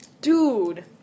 Dude